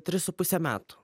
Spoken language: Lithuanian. tris su puse metų